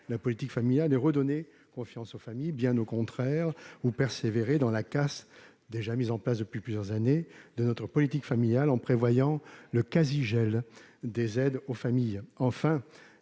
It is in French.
politique et redonner confiance aux familles. Bien au contraire, vous persévérez dans la « casse » déjà engagée depuis plusieurs années de notre politique familiale, en prévoyant le quasi-gel des aides aux familles. Enfin,